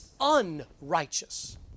unrighteous